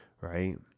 right